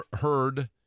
heard